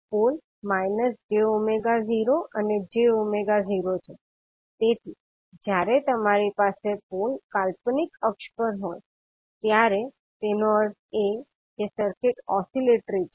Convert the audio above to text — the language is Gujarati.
પોલ −𝑗𝜔0 અને 𝑗𝜔0 છે તેથી જ્યારે તમારી પાસે પોલ કાલ્પનિક અક્ષ પર હોય ત્યારે તેનો અર્થ એ કે સર્કિટ ઓસિલેટરી છે